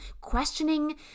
Questioning